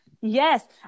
yes